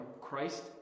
Christ